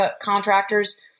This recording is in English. contractors